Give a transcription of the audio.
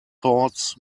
thoughts